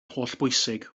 hollbwysig